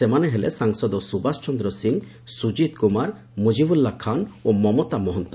ସେମାନେ ହେଲେ ସାଂସଦ ସୁବାସ ଚନ୍ର ସିଂହ ସୁଜିତ କୁମାର ମୁଜିବୁଲା ଖାନ୍ ଓ ମମତା ମହନ୍ତ